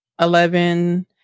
Eleven